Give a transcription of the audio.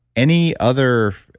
any other.